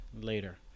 later